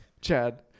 Chad